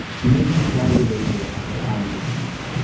he lived in saudi arabia at the time of the siege.